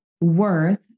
worth